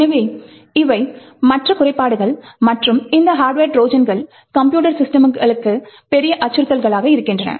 எனவே இவை மற்ற குறைபாடுகள் மற்றும் இந்த ஹார்ட்வர் ட்ரோஜான்கள் கம்ப்யூட்டர் சிஸ்டம்களுக்கு பெரிய அச்சுறுத்தலாக இருக்கின்றன